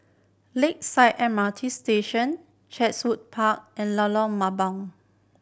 Lakeside M R T Station Chatsworth Park and Lorong Mambong